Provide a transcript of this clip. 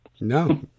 No